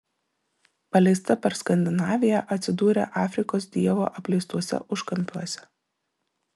paleista per skandinaviją atsidūrė afrikos dievo apleistuose užkampiuose